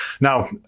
Now